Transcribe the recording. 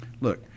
look